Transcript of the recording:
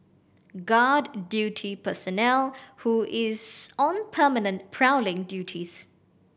guard duty personnel who is on permanent prowling duties